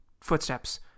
Footsteps